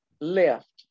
left